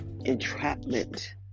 entrapment